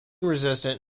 resistant